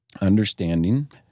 understanding